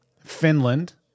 Finland